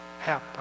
help